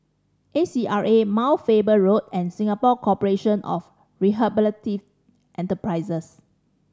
A C R A Mount Faber Road and Singapore Corporation of Rehabilitative Enterprises